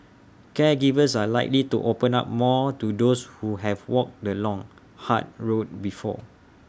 caregivers are likely to open up more to those who have walked the long hard road before